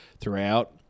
throughout